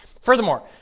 Furthermore